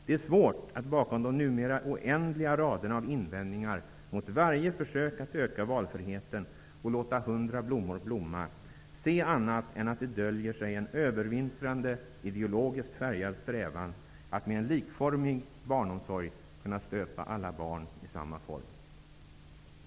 Det är svårt att bakom de numera oändliga raderna av invändningar mot varje försök att öka valfriheten och låta hundra blommor blomma se annat än att det döljer sig en övervintrande ideologiskt färgad strävan att med en likformig barnomsorg kunna stöpa alla barn i samma form.